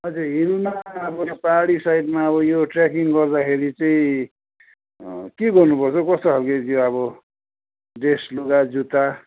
अझै हिलमा अब यो पाहाडी साइडमा यो ट्रेकिङ गर्दाखेरि चाहिँ के गर्नुपर्छ कस्तो खालको चाहिँ अब ड्रेस लुगा जुत्ता